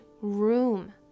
room